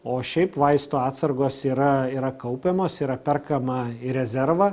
o šiaip vaistų atsargos yra yra kaupiamos yra perkama į rezervą